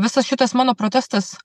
visas šitas mano protestas